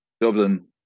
Dublin